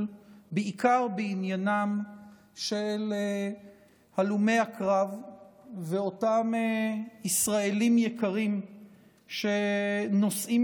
בעיקר בעניינם של הלומי הקרב ואותם ישראלים יקרים שנושאים